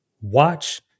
watch